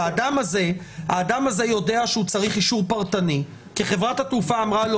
האדם הזה יודע שהוא צריך אישור פרטני כי חברת התעופה אמרה לו.